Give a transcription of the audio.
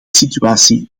situatie